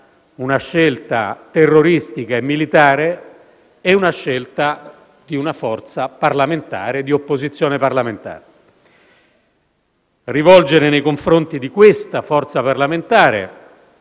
una scelta terroristica e militare e la scelta di una forza di opposizione parlamentare. Rivolgere nei confronti di questa forza parlamentare